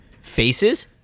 faces